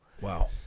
wow